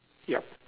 yup